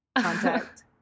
contact